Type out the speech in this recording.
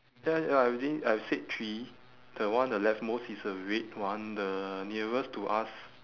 ya ya I already I have said three the one on the left most is a red one the nearest to us